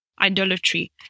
idolatry